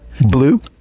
Blue